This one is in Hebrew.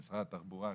למשרד התחבורה,